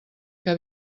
que